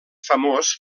famós